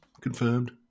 Confirmed